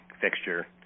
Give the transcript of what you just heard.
fixture